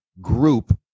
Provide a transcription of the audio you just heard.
group